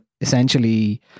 Essentially